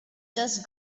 just